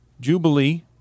Jubilee